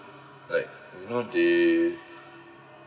like you know they